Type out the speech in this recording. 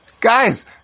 Guys